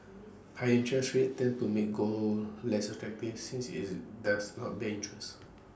higher interest rates tend to make gold less attractive since is does not bear interest